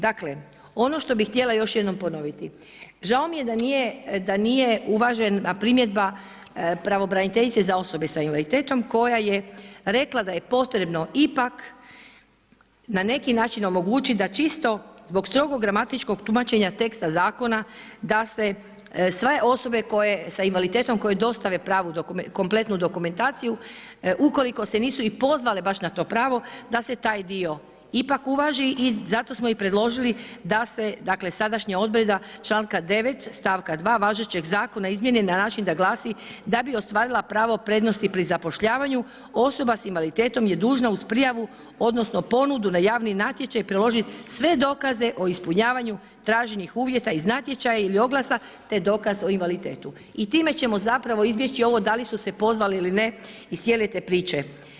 Dakle, ono što bih htjela još jednom ponoviti, žao mi je da nije uvažena primjedba pravobraniteljice za osobe sa invaliditetom koja je rekla da je potrebno ipak na neki način omogućiti da čisto zbog strogo gramatičkog tumačenja teksta zakona da se sve osobe sa invaliditetom koje dostave kompletnu dokumentaciju, ukoliko se nisu i pozvale baš na to pravo, da se taj dio ipak uvaži i zato smo i predložili da se dakle, sadašnja odredba čl. 9., st. 2. važećeg zakona izmijeni na način da glasi da bi ostvarila pravo prednosti pri zapošljavanju, osoba s invaliditetom je dužna uz prijavu, odnosno ponudu na javni natječaj priložiti sve dokaze o ispunjavanju traženih uvjeta iz natječaja ili oglasa, te dokaz o invaliditetu i time ćemo zapravo izbjeći ovo da li su se pozvali ili ne iz cijele te priče.